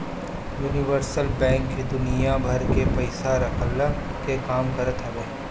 universal bank दुनिया भर के पईसा रखला के काम करत हवे